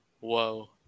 Whoa